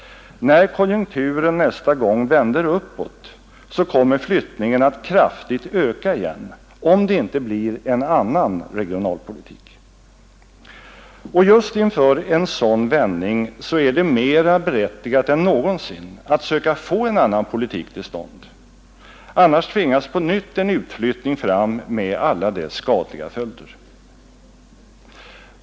När konjunkturen nästa gång vänder uppåt kommer flyttningen att kraftigt öka igen — om det inte blir en annan regionpolitik. Och just inför en sådan vändning är det mera berättigat än någonsin att söka få en annan politik till stånd, annars tvingas på nytt en utflyttning fram med alla dess skadliga följder.